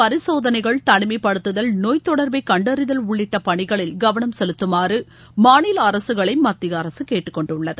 பரிசோதனைகள் தனிமைப்படுத்துதல் நோய் தொடர்பை கண்டறிதல் உள்ளிட்ட பனிகளில் கவனம் செலுத்துமாறு மாநில அரக்களை மத்திய அரசு கேட்டுக் கொண்டுள்ளது